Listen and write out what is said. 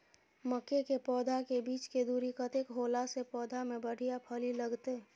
मके के पौधा के बीच के दूरी कतेक होला से पौधा में बढ़िया फली लगते?